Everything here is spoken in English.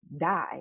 die